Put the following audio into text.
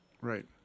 Right